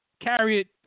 carried